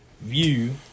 View